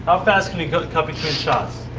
ah fast can you cut between shots?